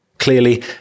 Clearly